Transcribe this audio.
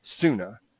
sooner